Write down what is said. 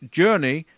journey